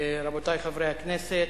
רבותי חברי הכנסת,